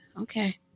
okay